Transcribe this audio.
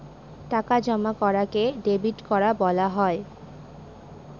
টাকা জমা করাকে ডেবিট করা বলা হয়